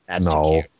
No